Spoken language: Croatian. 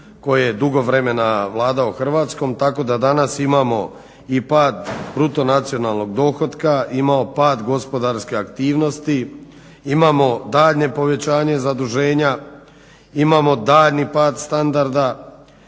koja dugo vremena vladao Hrvatskom tako da danas imamo i pad bruto nacionalnog dohotka, imamo pad gospodarske aktivnosti, imamo daljnje povećanje zaduženja, imamo daljnji pad standarda,